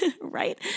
right